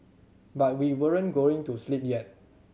but we weren't going to sleep yet